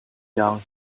down